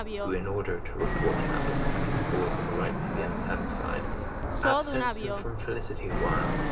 who in order to report hamlet and his cause aright to the unsatisfied absents him from felicity a while,